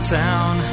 town